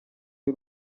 y’u